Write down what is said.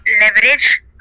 leverage